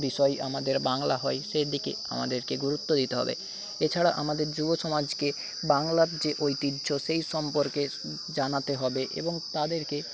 বিষয় আমাদের বাংলা হয় সেদিকে আমাদেরকে গুরুত্ব দিতে হবে এছাড়া আমাদের যুবসমাজকে বাংলার যে ঐতিহ্য সেই সম্পর্কে জানাতে হবে এবং তাদেরকে